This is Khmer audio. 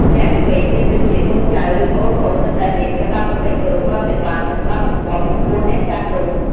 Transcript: អ្នកក្មេង មានដូចជា កូនចៅ ឬ ប្អូនៗ នៅតែមាន កាតព្វកិច្ចគោរពប្រតិបត្តិ និងស្ដាប់បង្គាប់ ចំពោះអ្នកចាស់ទុំ។